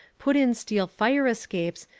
put in steel fire-escapes,